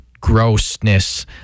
grossness